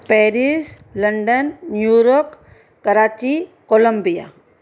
Paris London Europe Karachi Colombia